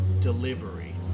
delivery